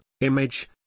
image